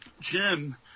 Jim